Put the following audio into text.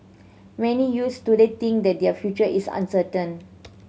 many youths today think that their future is uncertain